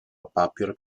papier